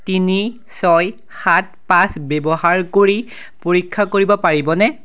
তিনি ছয় সাত পাঁচ ব্যৱহাৰ কৰি পৰীক্ষা কৰিব পাৰিবনে